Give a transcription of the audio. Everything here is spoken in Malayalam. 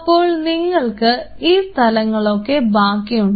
അപ്പോൾ നിങ്ങൾക്ക് ഈ സ്ഥലങ്ങളൊക്കെ ബാക്കിയുണ്ട്